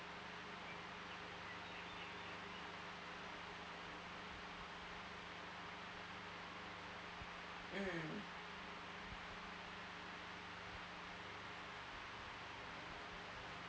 mm